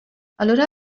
allura